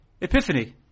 Epiphany